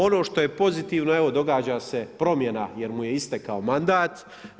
Ono što je pozitivno, evo događa se promjena jer mu je istekao mandat.